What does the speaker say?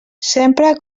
sempre